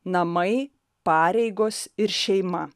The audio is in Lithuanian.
namai pareigos ir šeima